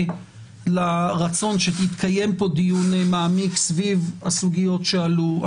לרצון שיתקיים פה דיון מעמיק סביב הסוגיות שעלו.